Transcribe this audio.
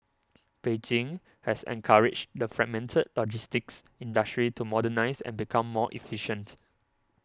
Beijing has encouraged the fragmented logistics industry to modernise and become more efficient